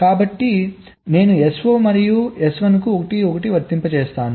కాబట్టి నేను S0 మరియు S1 కు 0 0 ను వర్తింపజేస్తాను